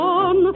on